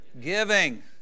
giving